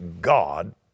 God